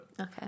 Okay